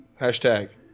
Hashtag